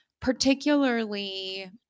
particularly